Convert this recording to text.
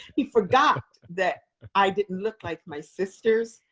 he forgot that i didn't look like my sisters,